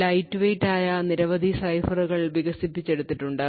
light weight ആയ നിരവധി സൈഫറുകൾ വികസിപ്പിച്ചെടുത്തിട്ടുണ്ട്